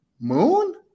Moon